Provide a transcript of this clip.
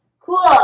Cool